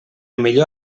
millor